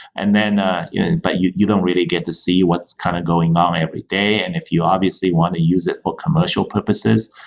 and ah but you you don't really get to see what's kind of going on every day, and if you obviously want to use it for commercial purposes,